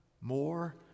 more